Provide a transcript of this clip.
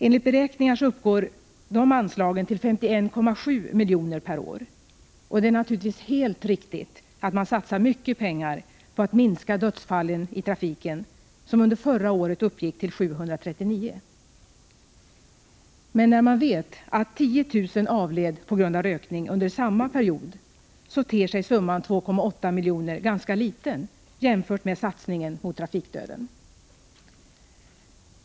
Enligt beräkningar uppgår dessa anslag till 51,7 milj.kr. per år. Det är naturligtvis helt riktigt att man satsar mycket pengar på att minska antalet dödsfall i trafiken, som under förra året uppgick till 739. Men när man vet att 10 000 avled på grund av rökning under samma period ter sig beloppet 2,8 milj.kr. ganska litet jämfört med vad som satsas mot trafikdöden.